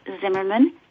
zimmerman